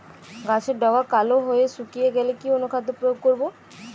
গাছের ডগা কালো হয়ে শুকিয়ে গেলে কি অনুখাদ্য প্রয়োগ করব?